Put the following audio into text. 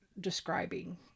describing